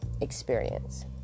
experience